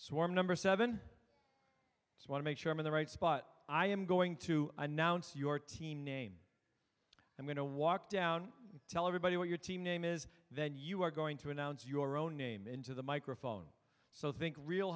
swarm number seven one make sure i'm in the right spot i am going to announce your team name i'm going to walk down and tell everybody what your team name is then you are going to announce your own name into the microphone so think real